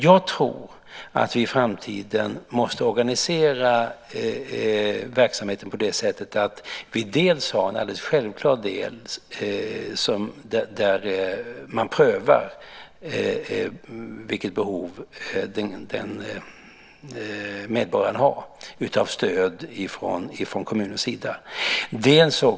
Jag tror att vi i framtiden måste organisera verksamheten på det sättet att vi prövar vilket behov av stöd från kommunen som medborgaren har.